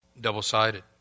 Double-sided